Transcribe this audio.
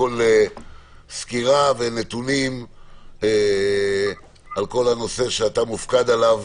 אבקש סקירה ונתונים על כל הנושא שאתה מופקד עליו